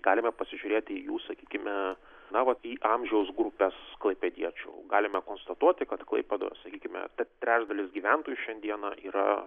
galime pasižiūrėti į jų sakykime na vat į amžiaus grupes klaipėdiečių galime konstatuoti kad klaipėdos sakykime apie trečdalis gyventojų šiandiena yra